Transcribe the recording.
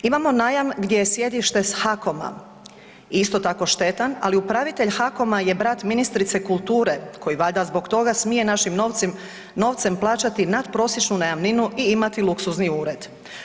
Imamo najam gdje je sjedište s HACOM-a isto tako šteta, ali upravitelj HACOM-a je brat ministrice kulture koji valjda zbog toga smije našim novcem plaćati natprosječnu najamninu i imati luksuzni ured.